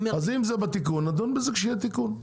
אז אם זה בתיקון נדון בזה כשיהיה תיקון.